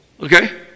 Okay